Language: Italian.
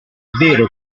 vero